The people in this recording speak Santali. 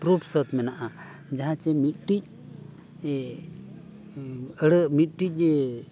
ᱯᱨᱩᱯᱷ ᱥᱟᱹᱛ ᱢᱮᱱᱟᱜᱼᱟ ᱡᱟᱦᱟᱸ ᱪᱮ ᱢᱤᱫᱴᱮᱡ ᱟᱹᱲᱟ ᱢᱤᱫᱴᱤᱡ